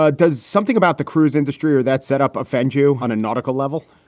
ah does something about the cruise industry or that setup offend you? on a nautical level?